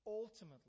Ultimately